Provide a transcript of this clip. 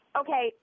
okay